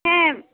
হ্যাঁ